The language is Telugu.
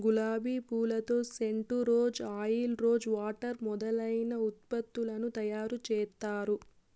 గులాబి పూలతో scent, rose oil, rose water మొదలైన ఉత్పత్తులను తయారు చేత్తారు